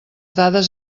dades